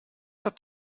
habt